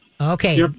Okay